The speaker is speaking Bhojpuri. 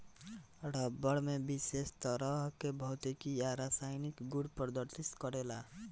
रबड़ में विशेष तरह के भौतिक आ रासायनिक गुड़ प्रदर्शित करेला